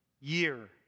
year